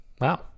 wow